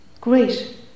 Great